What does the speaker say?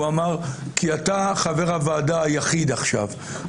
הוא אמר כי אתה חבר הוועדה היחיד עכשיו.